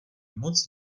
moc